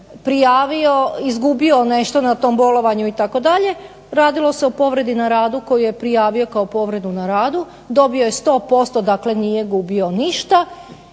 prijavio izgubio nešto na tom bolovanju itd. Radilo se o povredi na radu koju je prijavio kao povredu na radu, dobio je 100%, dakle nije gubio ništa